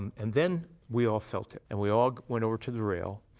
um and then we all felt it. and we all went over to the rail,